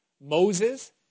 moses